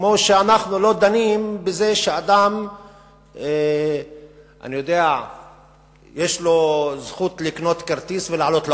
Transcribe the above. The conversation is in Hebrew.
כמו שאנחנו לא דנים בזה שאדם יש לו זכות לקנות כרטיס ולעלות לאוטובוס,